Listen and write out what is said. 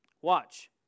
Watch